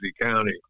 County